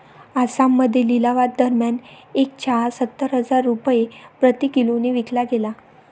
आसाममध्ये लिलावादरम्यान एक चहा सत्तर हजार रुपये प्रति किलोने विकला गेला